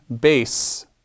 base